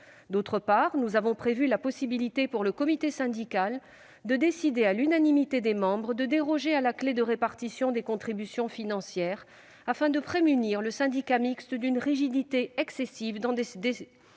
ailleurs, nous avons prévu de permettre au comité syndical de décider, à l'unanimité des membres, de déroger à la clé de répartition des contributions financières afin de prémunir le syndicat mixte d'une rigidité excessive dans ses décisions